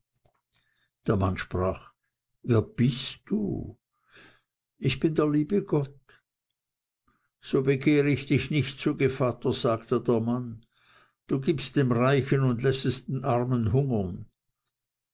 der mann sprach wer bist du ich bin der liebe gott so begehr ich dich nicht zu gevatter sagte der mann du gibst dem reichen und lässest den armen hungern